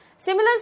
Similar